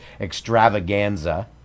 extravaganza